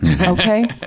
Okay